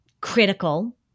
critical